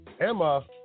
Emma